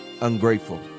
ungrateful